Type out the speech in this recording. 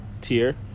tier